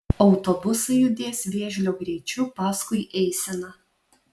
autobusai judės vėžlio greičiu paskui eiseną